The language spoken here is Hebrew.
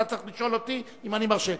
אתה צריך לשאול אותי אם אני מרשה.